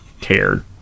cared